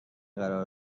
قرار